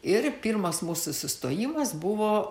ir pirmas mūsų sustojimas buvo